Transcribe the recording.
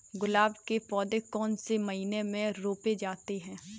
गुलाब के पौधे कौन से महीने में रोपे जाते हैं?